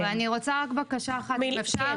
ח.נ.: אבל אני רוצה רק בקשה אחת אם אפשר,